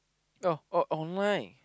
oh oh online